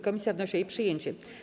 Komisja wnosi o jej przyjęcie.